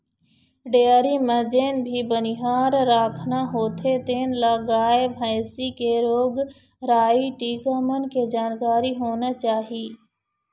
dairy म जेन भी बनिहार राखना होथे तेन ल गाय, भइसी के रोग राई, टीका मन के जानकारी होना चाही